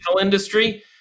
industry